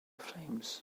flames